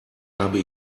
habe